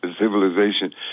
civilization